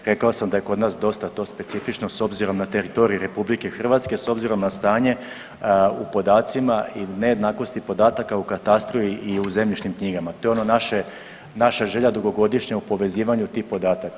Rekao sam da je kod nas dosta to specifično s obzirom na teritorij RH, s obzirom na stanje u podacima i nejednakosti podataka u katastru i u zemljišnim knjigama, to je ono naša želja dugogodišnja u povezivanju tih podataka.